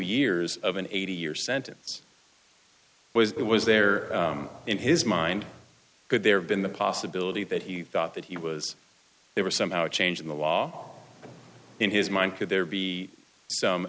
years of an eighty year sentence was it was there in his mind could there have been the possibility that he thought that he was there was somehow a change in the law in his mind could there be some